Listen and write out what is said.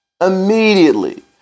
immediately